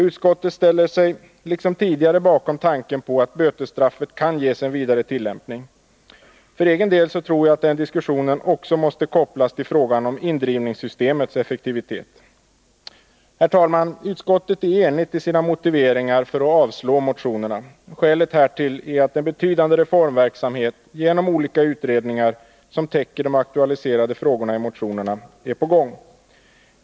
Utskottet ställer sig liksom tidigare bakom tanken på att bötesstraffet kan ges en vidare tillämpning. För egen del tror jag att diskussionen härom också måste kopplas till frågan om indrivningssystemets effektivitet. Herr talman! Utskottet är enigt i sina motiveringar för att avstyrka motionerna. Skälet härtill är att en betydande reformverksamhet genom olika utredningar som täcker de aktualiserade frågorna i motionerna är på gång.